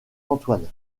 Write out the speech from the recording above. antoine